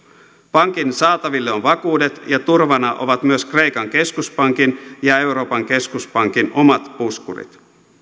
pankin saataville on vakuudet ja turvana ovat myös kreikan keskuspankin ja euroopan keskuspankin omat puskurit